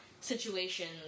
situations